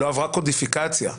לא עברה קודיפיקציה בחוק.